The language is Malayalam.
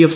എഫ്